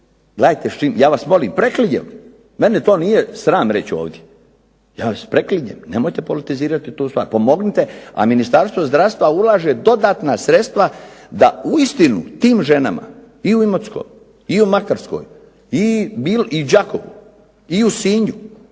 ne zanima. Ja vas molim, preklinjem, mene to nije sram reći ovdje, ja vas preklinjem nemojte politizirat u toj stvari. Pomognite, a Ministarstvo zdravstva ulaže dodatna sredstva da uistinu tim ženama i u Imotskom i u Makarskoj i Đakovu i u Sinju